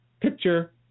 picture